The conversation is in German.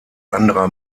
anderer